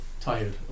tired